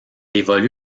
évolue